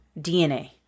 DNA